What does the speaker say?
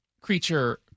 creature